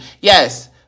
Yes